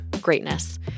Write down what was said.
greatness